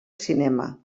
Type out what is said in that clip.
cinema